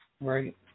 right